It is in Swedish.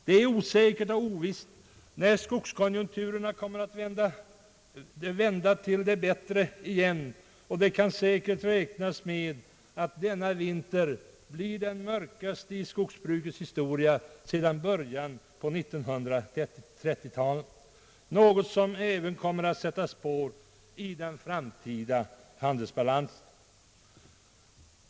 Det är ovisst när skogskonjunkturerna kommer att vända till det bättre, och man kan säkert räkna med att denna vinter blir den mörkaste i skogs brukets historia sedan början av 1930 talet, något som även kommer att sätta spår i den framtida handelsbalansen.